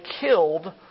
killed